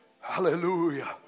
Hallelujah